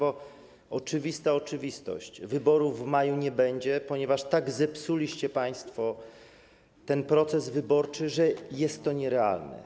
Oczywista oczywistość: wyborów w maju nie będzie, ponieważ tak zepsuliście państwo ten proces wyborczy, że jest to nierealne.